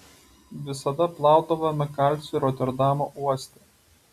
visada plaudavome kalcį roterdamo uoste